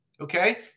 Okay